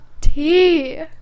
tea